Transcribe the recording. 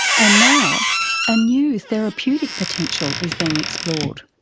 and now a new therapeutic potential is being explored.